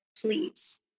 please